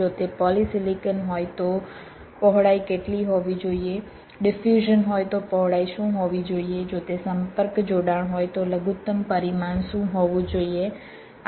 જો તે પોલિસિલિકોન હોય તો પહોળાઈ કેટલી હોવી જોઈએ ડિફ્યુઝન હોય તો પહોળાઈ શું હોવી જોઈએ જો તે સંપર્ક જોડાણ હોય તો લઘુત્તમ પરિમાણ શું હોવું જોઈએ